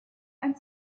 ein